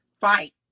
fight